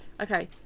Okay